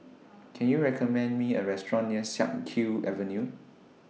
Can YOU recommend Me A Restaurant near Siak Kew Avenue